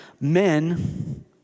men